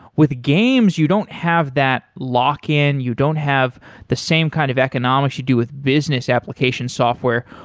with games, you don't have that lock-in, you don't have the same kind of economics you do with business application software.